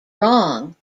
wrong